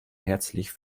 herzlich